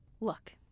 Look